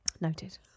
noted